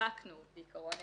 עורכת